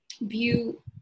view